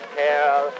care